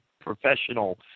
professional